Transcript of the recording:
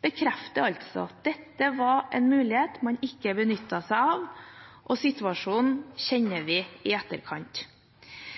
Det bekrefter altså at dette var en mulighet man ikke benyttet seg av, og situasjonen kjenner vi i etterkant.